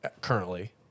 currently